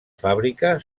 fàbrica